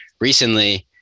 recently